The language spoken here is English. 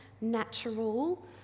natural